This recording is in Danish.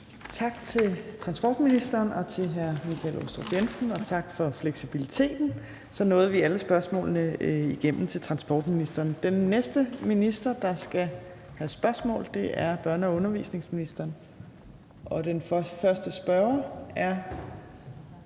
Tak til transportministeren og til hr. Michael Aastrup Jensen, og tak for fleksibiliteten, og så nåede vi igennem alle spørgsmålene til transportministeren. Den næste minister, der skal have spørgsmål, er børne- og udenrigsministeren, og den første spørger er